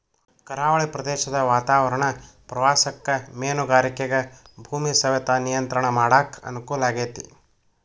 ಕರಾವಳಿ ಪ್ರದೇಶದ ವಾತಾವರಣ ಪ್ರವಾಸಕ್ಕ ಮೇನುಗಾರಿಕೆಗ ಭೂಮಿಯ ಸವೆತ ನಿಯಂತ್ರಣ ಮಾಡಕ್ ಅನುಕೂಲ ಆಗೇತಿ